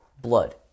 blood